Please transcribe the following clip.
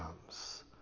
comes